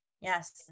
Yes